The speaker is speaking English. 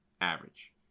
Average